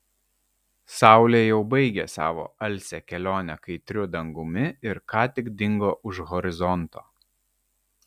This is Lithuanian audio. saulė jau baigė savo alsią kelionę kaitriu dangumi ir ką tik dingo už horizonto